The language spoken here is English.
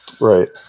right